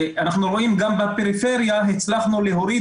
אנחנו רואים גם בפריפריה שהצלחנו להוריד